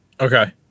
okay